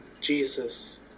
Jesus